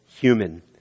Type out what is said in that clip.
Human